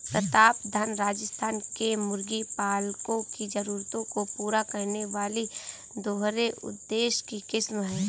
प्रतापधन राजस्थान के मुर्गी पालकों की जरूरतों को पूरा करने वाली दोहरे उद्देश्य की किस्म है